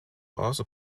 also